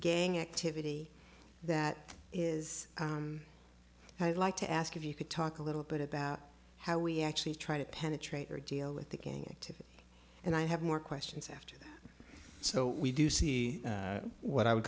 gang activity that is i'd like to ask if you could talk a little bit about how we actually try to penetrate or deal with the gang activity and i have more questions after so we do see what i would